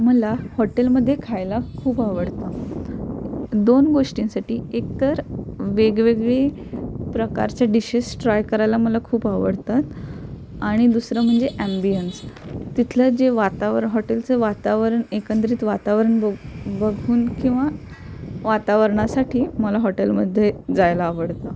मला हॉटेलमध्ये खायला खूप आवडतं दोन गोष्टींसाठी एकतर वेगवेगळी प्रकारच्या डिशेस ट्राय करायला मला खूप आवडतात आणि दुसरं म्हणजे ॲम्बियन्स तिथलं जे वातावर हॉटेलचं वातावरण एकंदरित वातावरण बघ बघून किंवा वातावरणासाठी मला हॉटेलमध्ये जायला आवडतं